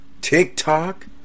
...TikTok